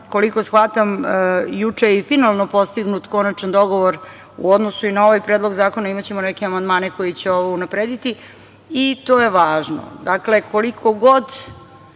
Koliko shvatam, juče je i finalno postignut konačan dogovor i u odnosu i na ovaj Predlog zakona, imaćemo neke amandmane, koji će ovo unaprediti i to je važno. Dakle, koliko god